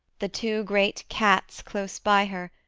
the two great cats close by her,